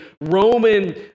Roman